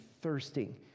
thirsting